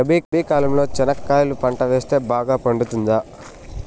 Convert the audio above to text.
రబి కాలంలో చెనక్కాయలు పంట వేస్తే బాగా పండుతుందా?